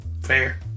Fair